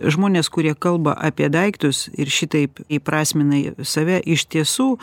žmonės kurie kalba apie daiktus ir šitaip įprasmina save iš tiesų